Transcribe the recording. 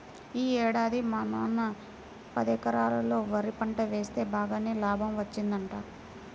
యీ ఏడాది మా నాన్న పదెకరాల్లో వరి పంట వేస్తె బాగానే లాభం వచ్చిందంట